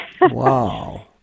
Wow